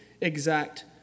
exact